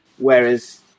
Whereas